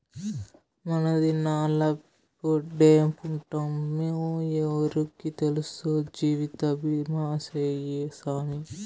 మనదినాలెప్పుడెప్పుంటామో ఎవ్వురికి తెల్సు, జీవితబీమా సేయ్యి సామీ